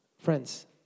Friends